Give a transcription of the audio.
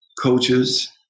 coaches